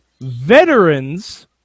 veterans